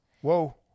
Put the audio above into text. Whoa